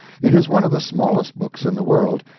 it is one of the smallest books in the world,